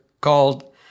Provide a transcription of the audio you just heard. called